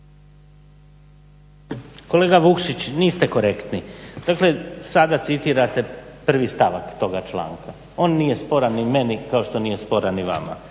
Kolega Vukšić niste korektni. Dakle sada citirate prvi stavak toga članka. On nije sporan ni meni kao što nije sporan ni vama.